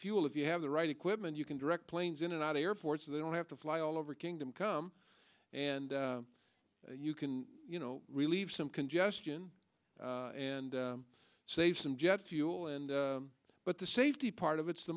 fuel if you have the right equipment you can direct planes in and out airports so they don't have to fly all over kingdom come and you can you know relieve some congestion and save some jet fuel and but the safety part of it's the